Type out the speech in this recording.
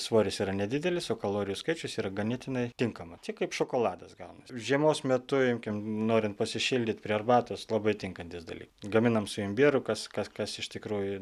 svoris yra nedidelis o kalorijų skaičius yra ganėtinai tinkamas čia kaip šokoladas gauna žiemos metu imkim norint pasišildyt prie arbatos labai tinkantis dalykas gaminam su imbieru kas kas kas iš tikrųjų